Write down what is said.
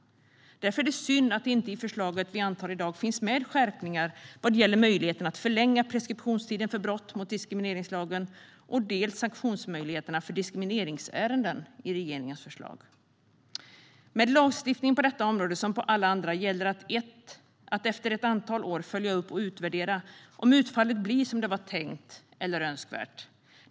Därför är det synd att det inte i förslaget från regeringen som vi ska anta i morgon finns med skärpningar vad gäller möjligheten att förlänga preskriptionstiden för brott mot diskrimineringslagen och sanktionsmöjligheter för diskrimineringsärenden. Med lagstiftning på detta område som på alla andra gäller det att man efter ett antal år följer upp och utvärderar om utfallet har blivit som det var tänkt eller önskvärt.